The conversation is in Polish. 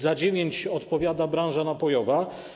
Za 9 kg odpowiada branża napojowa.